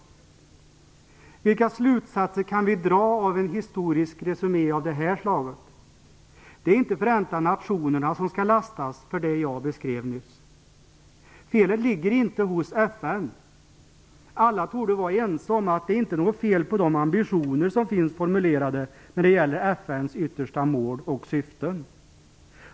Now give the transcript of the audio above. Vilka slutsatser kan vi dra av en historisk resumé av det slaget? Det är inte Förenta nationerna som skall lastas för det jag nyss beskrev. Felet ligger inte hos FN. Alla torde vara ense om att det inte är något fel på de ambitioner som formulerats när det gäller FN:s yttersta mål och syften.